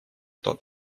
тот